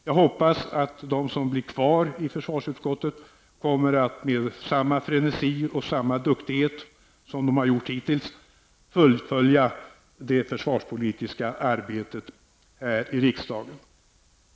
Jag hoppas att de som blir kvar i försvarsutskottet med samma frenesi och samma duktighet som hittills kommer att fullfölja det försvarspolitiska arbetet här i riksdagen.